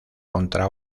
contra